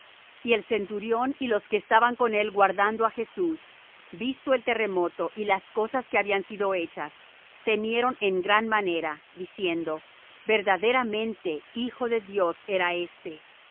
y el centurión y los que estaban con él guardando á jesús visto el terremoto y las cosas que habían sido hechas temieron en gran manera diciendo verdaderamente hijo de dios era éste